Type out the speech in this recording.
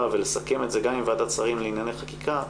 ולסכם את זה גם עם ועדת שרים לענייני חקיקה,